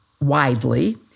widely